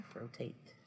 Rotate